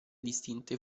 distinte